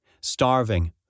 Starving